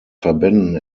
verbänden